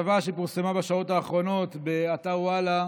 בכתבה שפורסמה בשעות האחרונות באתר וואלה